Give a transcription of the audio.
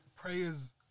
Prayers